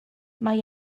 mae